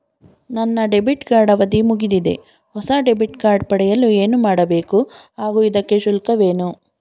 ನನ್ನ debit card ಅವಧಿ ಮುಗಿದಿದೆ ಹೊಸ ಡೆಬಿಟ್ ಕಾರ್ಡ್ ಪಡೆಯಲು ಏನು ಮಾಡಬೇಕು ಹಾಗೂ ಇದಕ್ಕೆ ಶುಲ್ಕವೇನು?